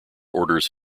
orders